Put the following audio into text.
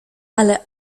ale